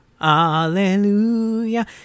Hallelujah